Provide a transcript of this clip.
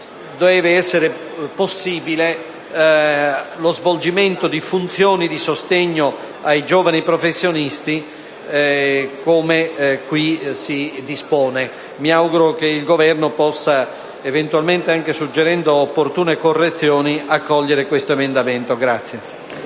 deve essere possibile lo svolgimento di funzioni di sostegno ai giovani professionisti, come qui si dispone. Mi auguro che il Governo – eventualmente anche suggerendo opportune correzioni – possa accogliere questo emendamento.